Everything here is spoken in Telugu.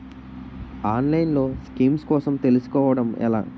ఆన్లైన్లో స్కీమ్స్ కోసం తెలుసుకోవడం ఎలా?